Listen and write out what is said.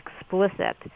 explicit